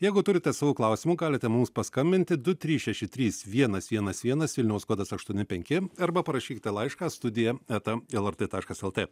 jeigu turite savų klausimų galite mums paskambinti du trys šeši trys vienas vienas vienas vilniaus kodas aštuoni penki arba parašykite laišką studija eta lrt taškas lt